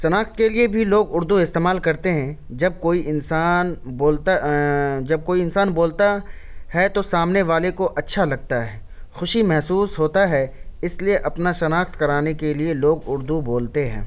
شناخت کے لیے بھی لوگ اُردو استعمال کرتے ہیں جب کوئی انسان بولتا جب کوئی انسان بولتا ہے تو سامنے والے کو اچھا لگتا ہے خوشی محسوس ہوتا ہے اِس لیے اپنا شناخت کرانے کے لیے لوگ اُردو بولتے ہیں